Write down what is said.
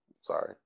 sorry